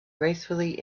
gracefully